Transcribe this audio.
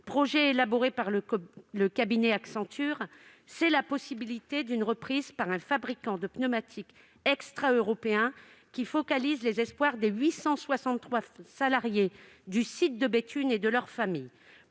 projet élaboré par le cabinet Accenture -, la possibilité d'une reprise par un fabricant de pneumatiques extraeuropéen focalise les espoirs des 863 salariés du site de Béthune et de leurs familles.